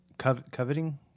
Coveting